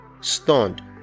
stunned